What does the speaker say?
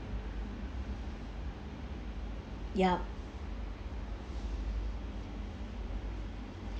yup